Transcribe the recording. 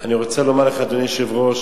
אני רוצה לומר לך, אדוני היושב-ראש,